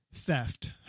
theft